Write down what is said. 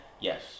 yes